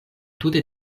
tute